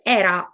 era